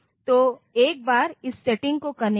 तो एक बार इस सेटिंग को करने के बाद